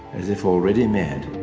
as if already mad.